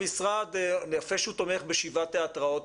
יפה שהוא תומך בשבעה תיאטראות,